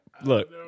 Look